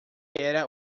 era